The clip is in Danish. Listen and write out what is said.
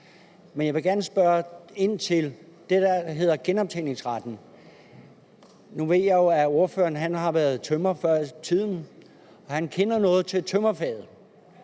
før. Jeg vil gerne spørge ind til det, der hedder genoptjeningsretten. Nu ved jeg jo, at ordføreren har været tømrer før i tiden, så han kender noget til tømrerfaget.